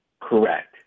Correct